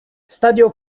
stadio